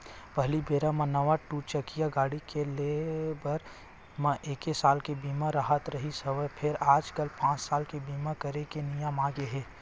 पहिली बेरा म नवा दू चकिया गाड़ी के ले बर म एके साल के बीमा राहत रिहिस हवय फेर आजकल पाँच साल के बीमा करे के नियम आगे हे